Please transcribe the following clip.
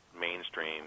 mainstream